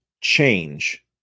change